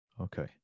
Okay